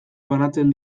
banatzen